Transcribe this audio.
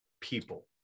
people